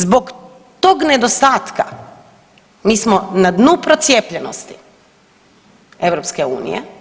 Zbog tog nedostatka mi smo na dnu procijepljenosti EU.